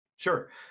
Sure